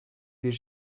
bir